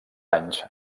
anys